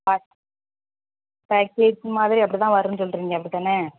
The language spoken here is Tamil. அப் பேக்கேஜ் சும்மாவே அப்படிதான் வருன்னு சொல்லுறிங்க அப்டிதானே